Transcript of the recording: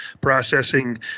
processing